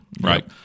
right